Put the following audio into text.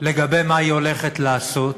לגבי מה היא הולכת לעשות